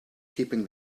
keeping